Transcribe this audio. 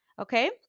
Okay